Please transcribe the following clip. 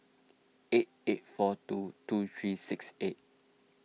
eight eight four two two three six eight